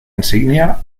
insignia